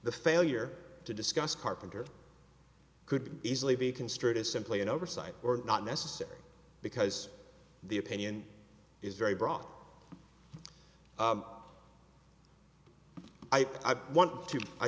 the failure to discuss carpenter could easily be construed as simply an oversight or not necessary because the opinion is very broad i don't want to i